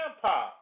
grandpa